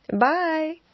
Bye